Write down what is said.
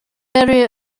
area